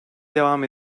devam